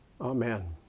Amen